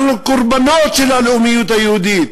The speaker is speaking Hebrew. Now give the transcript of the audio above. אנחנו הקורבנות של הלאומיות היהודית.